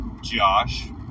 Josh